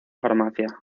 farmacia